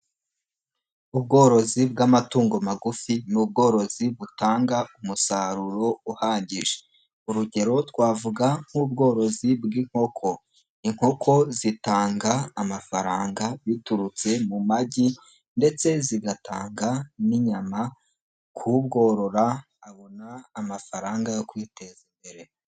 Ubworozi bw'amatungo magufi ni ubworozi butanga umusaruro uhagije, urugero twavuga nk'ubworozi bw'inkoko, inkoko zitanga amafaranga biturutse mu magi ndetse zigatanga n'inyama ku ubworora abona amafaranga yo kwiteza imbere.